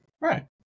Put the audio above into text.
Right